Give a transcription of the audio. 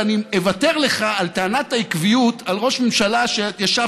ואני אוותר לך על טענת העקביות על ראש ממשלה שישב